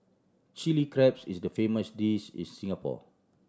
Chilli Crab is the famous dish in Singapore